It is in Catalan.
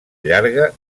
llarga